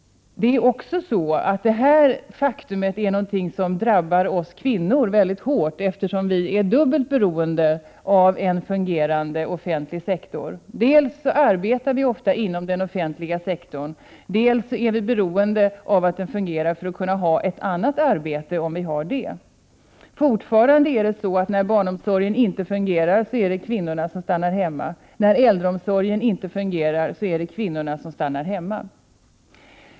Det är ett faktum att detta drabbar oss kvinnor mycket hårt, eftersom vi är dubbelt beroende av en fungerande offentlig sektor. Dels arbetar vi kvinnor ofta inom den offentliga sektorn, dels är vi beroende av att den fungerar för att kunna ha ett annat arbete. När barnomsorgen inte fungerar är det fortfarande på det sättet att det är kvinnorna som får stanna hemma. När äldreomsorgen inte fungerar är det också kvinnorna som får stanna hemma.